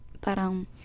parang